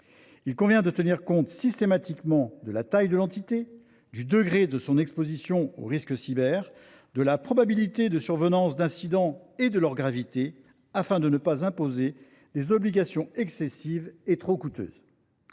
Il convient de tenir compte systématiquement de la taille de l’entité, du degré de son exposition aux risques cyber, de la probabilité de survenance d’incidents et de leur gravité, afin de ne pas imposer des obligations excessives et trop coûteuses.